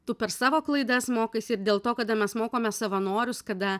tu per savo klaidas mokaisi ir dėl to kada mes mokome savanorius kada